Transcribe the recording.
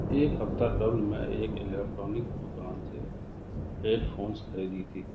ایک ہفتہ قبل میں ایک الیکٹرانک دکان سے ہیڈ فونس خریدی تھی